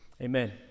amen